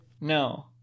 No